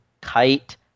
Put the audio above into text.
kite